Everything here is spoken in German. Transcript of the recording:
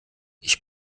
ich